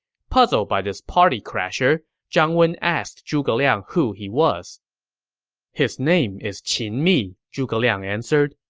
puzzled by this party-crasher, zhang wen asked zhuge liang who he was his name is qin mi, zhuge liang answered.